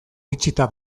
itxita